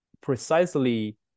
precisely